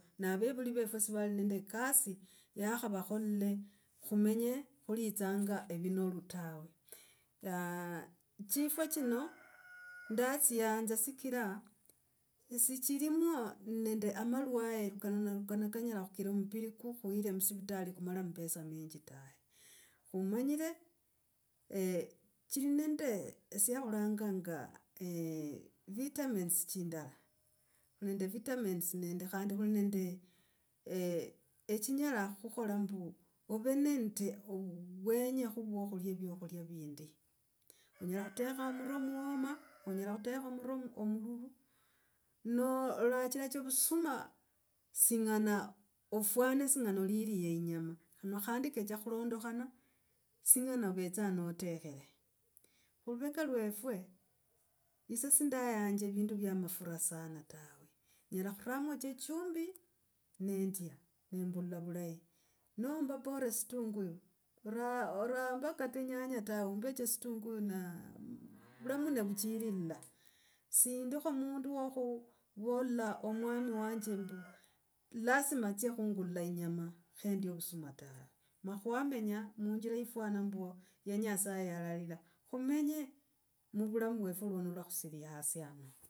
Na avevuli vefwe sivali nende ekasi yakhavakholile khumenye khulitsanga evinilu tawe. chifwa chino ndatsiyanza sikira sichilimo nende a malwae lukano na lukana kanyela khukira mumbiri kukhuire musivitali kumala mapesa menji tawe. Khumanyire pooh chiri, nendo tsia khulanganga vitamins chindala. Khuli nende vitamins khandi khuli nende eeh echinyela khukhola mbu ove nende ovwenya khuvwo vyakhula vindi. Onyela khutekha muro mwoma. Onyela khutekha omuro omululu, nolachira cha ovusoma, singana ofwana singana olilie enyama. Ne khandi singana ovetsa notekhre. Oloveka iwefe. Ise sindayanja vindu vya mafura sana tawe. Nyera khuramo cha echumbi nentyaa, nembula vulayi. Nomba bora situnguyu oraa, oraa mpaka tsinyanya tawe umbe situnguyu na khuramo na khuchilila sendikho mundu wokhuvola omwami wanje ombu, lasima atsie khungula inyama khendie vusuma ta. Ma khwamenya muinjira yifwana mbwo ya nyasaye yalarira. Khumenye muvulamu vwefwe luono lwa khusiri hasi hano.